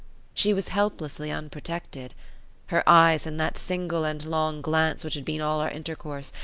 she was helplessly unprotected her eyes, in that single and long glance which had been all our intercourse,